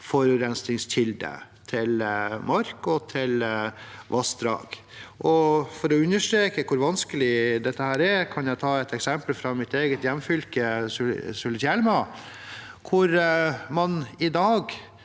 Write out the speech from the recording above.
forurensningskilde til mark og vassdrag. Og for å understreke hvor vanskelig dette er, kan jeg ta et eksempel fra mitt eget hjemfylke Nordland, Sulitjelma, hvor man i dag